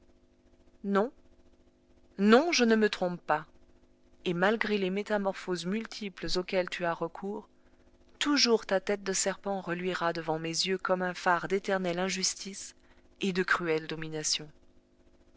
non non je ne me trompe pas et malgré les métamorphoses multiples auxquelles tu as recours toujours ta tête de serpent reluira devant mes yeux comme un phare d'éternelle injustice et de cruelle domination